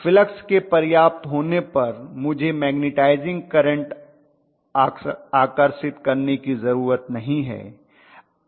flux के पर्याप्त होने पर मुझे मैग्नेटाइजिंग करंट आकर्षित करने की जरूरत नहीं है